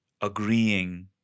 agreeing